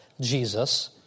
Jesus